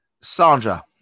Sandra